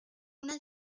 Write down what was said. una